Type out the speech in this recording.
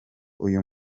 uyu